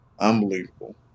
Unbelievable